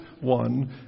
one